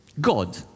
God